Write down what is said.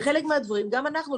חלק מהדברים גם אנחנו,